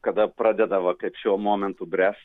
kada pradeda va kaip šiuo momentu bręst